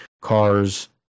cars